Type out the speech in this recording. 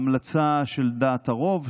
ההמלצה של דעת הרוב,